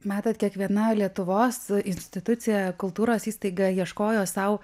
matot kiekviena lietuvos institucija kultūros įstaiga ieškojo sau